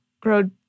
grow